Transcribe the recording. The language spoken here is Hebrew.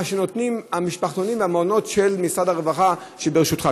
שנותנים המשפחתונים והמעונות של משרד הרווחה שברשותך.